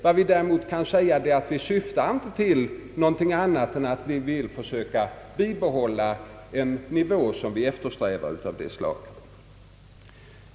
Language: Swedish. Vad vi däremot kan säga är att vi inte syftar till något annat än att försöka bibehålla den nivå som vi eftersträvar. Herr talman!